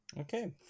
Okay